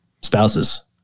spouses